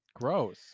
Gross